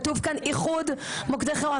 כתוב כאן "איחוד מוקדי חירום",